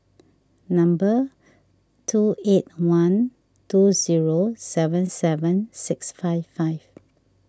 two eight one two zero seven seven six five five